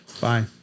Bye